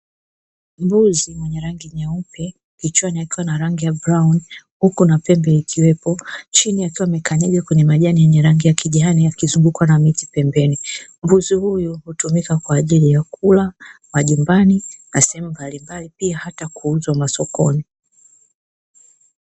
Mbuzi mwenye rangi nyeupe kichwani akiwa na rangi ya brauni huku na pembe ikiwepo, chini akiwa amekanyaga kwenye majani ya rangi ya kijani yakizungukwa na miti pembeni. Mbuzi huyu hutumika kwa ajili ya kula majumbani na sehemu mbalimbali pia hata kuuzwa masokoni.